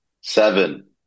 seven